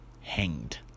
hanged